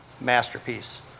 masterpiece